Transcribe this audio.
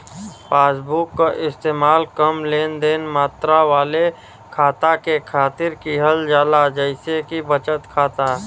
passbook क इस्तेमाल कम लेनदेन मात्रा वाले खाता के खातिर किहल जाला जइसे कि बचत खाता